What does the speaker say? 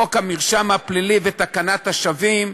חוק המרשם הפלילי ותקנת השבים,